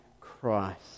Christ